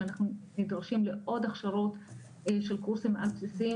שאנחנו נדרשים לעוד הכשרות של קורסים על בסיסיים